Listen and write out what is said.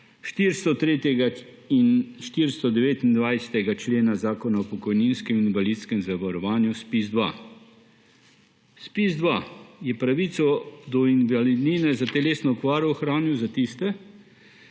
403. in 429. člena Zakona o pokojninskem in invalidskem zavarovanju, ZPIZ-2. ZPIZ-2 je pravico do invalidnine za telesno okvaro ohranil za tiste,